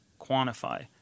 quantify